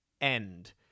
end